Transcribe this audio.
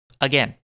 again